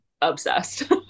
obsessed